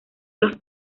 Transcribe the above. los